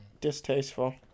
distasteful